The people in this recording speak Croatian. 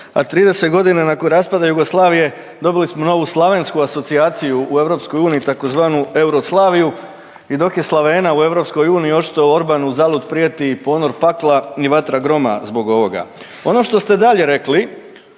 a 30 godina nakon raspada Jugoslavije dobili smo novu slavensku asocijaciju u EU u tzv. euroslaviju i dok je Slavena u EU očito Orabn uzalud prijeti i ponor pakla i vatra groma zbog ovoga. Ono što ste dalje rekli